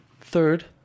third